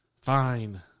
Fine